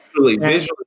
Visually